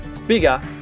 Bigger